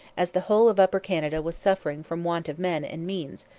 as the whole of upper canada was suffering from want of men and means,